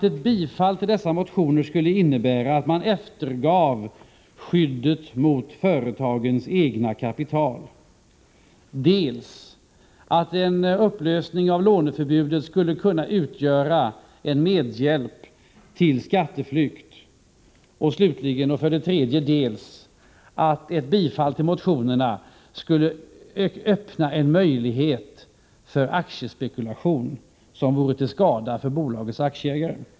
Ett bifall till motionerna skulle innebära, dels att man eftergav skyddet mot företagens eget kapital, dels att upplösningen av låneförbudet skulle kunna utgöra en medhjälp till skatteflykt, dels en möjlighet till aktiespekulation, som vore till skada för bolagets aktieägare.